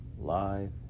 Live